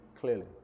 clearly